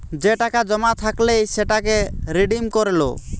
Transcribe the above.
যে টাকা জমা থাইকলে সেটাকে রিডিম করে লো